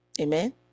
amen